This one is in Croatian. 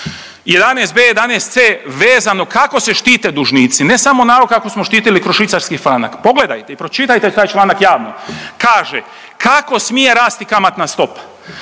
11.b, 11.c vezano kako se štite dužnici, ne samo onako kako smo štitili kroz švicarski franak, pogledajte i pročitajte taj članak javno, kaže kako smije rasti kamatna stopa,